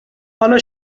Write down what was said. حالا